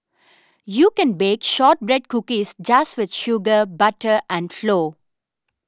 you can bake Shortbread Cookies just with sugar butter and flow